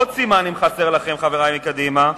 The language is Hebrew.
עוד סימן, אם חסר לכם, חברי מקדימה,